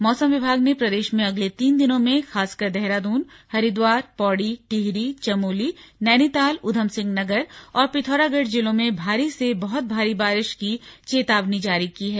मौसम विभाग ने प्रदेश में अगले तीन दिनों में खासकर देहरादून हरिद्वार पौड़ी टिहरी चमोली नैनीताल उधमसिंह नगर और पिथौरागढ़ जिलों में भारी से बहुत भारी बारिश की चेतावनी जारी की है